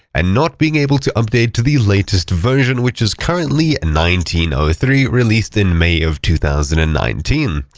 and not being able to update to the latest version, which is currently one ah ah three, released in may of two thousand and nineteen.